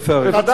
אתה צודק.